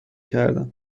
کردم